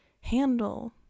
handle